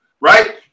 right